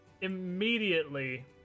immediately